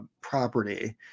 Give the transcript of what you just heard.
property